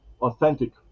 authentic